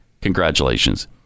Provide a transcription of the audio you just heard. Congratulations